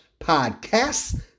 podcasts